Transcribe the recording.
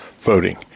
voting